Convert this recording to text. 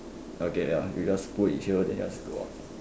okay ya we just put it here then just go out